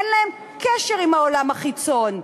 אין להם קשר עם העולם החיצון.